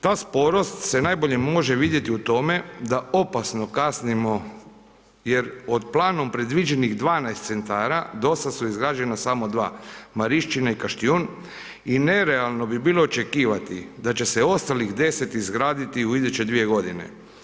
Ta sporost se najbolje može vidjeti u tome da opasno kasnimo jer od planom predviđenih 12 centara do sada su izgrađena samo 1 Marišćina i Kaštijun i nerealno bi bilo očekivati da će se ostalih 10 izgraditi u iduće 2 godine.